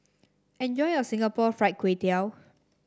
enjoy your Singapore Fried Kway Tiao